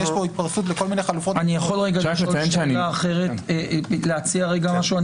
ויש פה התפרסות לכל מיני חלופות -- אפשר לשאול שאלה אחרת ולהציע משהו?